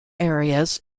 areas